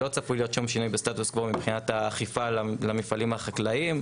לא צפוי להיות שום שינוי סטטוס קוו מבחינת האכיפה למפעלים החקלאיים.